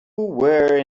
were